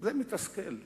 זה מתסכל.